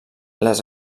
les